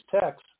text